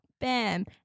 bam